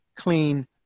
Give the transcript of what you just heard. clean